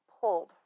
pulled